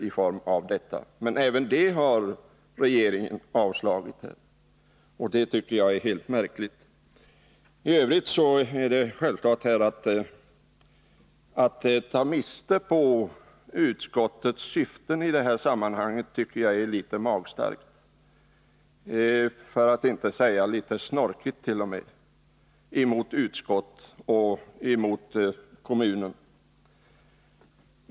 Men även begäran om sådant lån har regeringen avslagit i detta fall, och det tycker jag är mycket märkligt. Att ta miste på utskottets syften i det här sammanhanget tycker jag är litet magstarkt — för att inte t.o.m. säga litet snorkigt mot utskottet och mot kommunen.